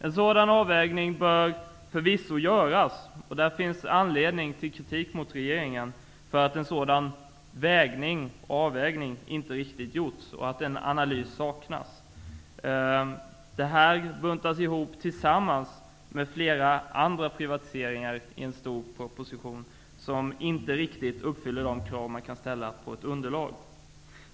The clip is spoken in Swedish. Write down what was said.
En sådan avvägning bör förvisso göras, och där finns anledning till kritik mot regeringen därför att en sådan avvägning inte riktigt har gjorts och att en analys saknas. Detta buntas ihop med flera andra privatiseringar i en stor proposition som inte riktigt uppfyller de krav man kan ställa på ett beslutsunderlag.